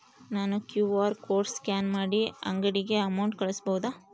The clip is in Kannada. ನಾನು ಕ್ಯೂ.ಆರ್ ಕೋಡ್ ಸ್ಕ್ಯಾನ್ ಮಾಡಿ ಅಂಗಡಿಗೆ ಅಮೌಂಟ್ ಕಳಿಸಬಹುದಾ?